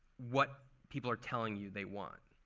what people are telling you they want.